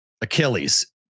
Achilles